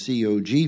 COG